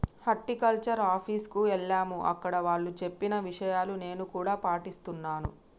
horticulture office కు ఎల్లాము అక్కడ వాళ్ళు చెప్పిన విషయాలు నేను కూడా పాటిస్తున్నాను